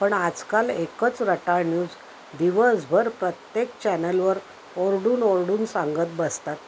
पण आजकाल एकच रटाळ न्यूज दिवसभर प्रत्येक चॅनलवर ओरडून ओरडून सांगत बसतात